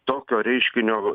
tokio reiškinio